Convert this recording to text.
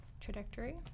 trajectory